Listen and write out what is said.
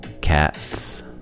cats